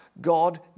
God